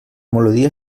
melodia